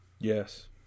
Yes